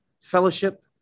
fellowship